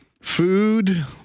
Food